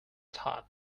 thought